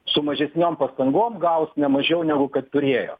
su mažesnėm pastangom gaus ne mažiau negu kad turėjo